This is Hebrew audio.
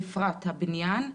בפרט בענף הבניין.